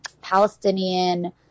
Palestinian